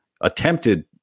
attempted